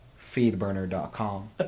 feedburner.com